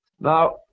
Now